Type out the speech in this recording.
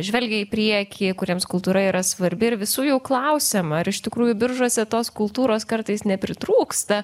žvelgia į priekį kuriems kultūra yra svarbi ir visų jau klausiama ar iš tikrųjų biržuose tos kultūros kartais nepritrūksta